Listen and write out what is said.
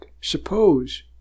suppose